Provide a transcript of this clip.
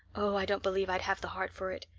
oh, i don't believe i'd have the heart for it.